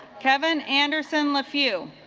kevin anderson laughs you